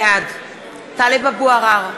בעד טלב אבו עראר,